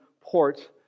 port